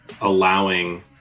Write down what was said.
allowing